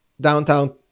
downtown